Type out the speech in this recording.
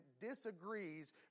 disagrees